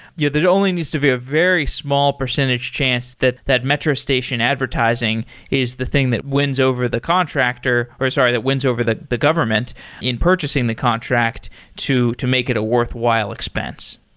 yeah only needs to be a very small percentage chance that that metro station advertising is the thing that wins over the contractor, or sorry, that wins over the the government in purchasing the contract to to make it a worthwhile expense.